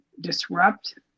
disrupt